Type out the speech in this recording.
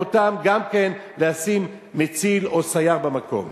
אותם גם כן לשים מציל או סייר במקום.